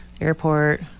Airport